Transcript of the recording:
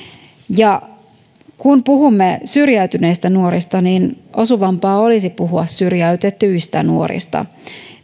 ja kun puhumme syrjäytyneistä nuorista niin osuvampaa olisi puhua syrjäytetyistä nuorista